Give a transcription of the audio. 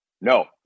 No